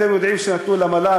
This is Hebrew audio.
אתם יודעים שנתנו למל"ל,